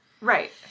right